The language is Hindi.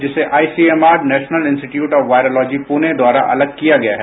जिसे ICMR National Institute of Virology Pune द्वारा अलग किया गया है